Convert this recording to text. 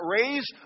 raise